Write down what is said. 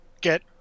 get